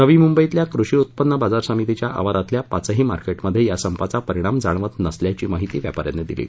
नवी मुंबईतल्या कृषी उत्पन्न बाजार समितीच्या आवारातील पाचही मार्केटमध्ये या संपाचा परिणाम जाणवत नसल्याची माहिती व्यापा यांनी दिली